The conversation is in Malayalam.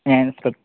ഞാൻ ശ്രദ്ധ്